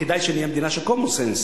יותר כדאי שנהיה מדינה של common sense.